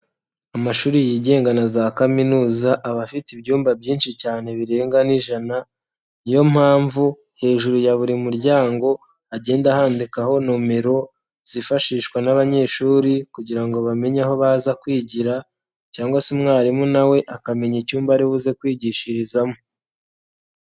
Amashuri yigenga na za kaminuza aba afite ibyumba byinshi cyane birenga n'ijana ni yo mpamvu hejuru ya buri muryango hagenda handikaho nimero zifashishwa n'abanyeshuri kugira ngo bamenye aho baza kwigira cyangwa se umwarimu na we akamenya icyumba aribuze kwigishirizamo.